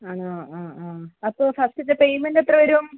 ആണോ ആ ആ അപ്പോൾ ഫസ്റ്റത്തെ പേയ്മെൻ്റ് എത്ര വരും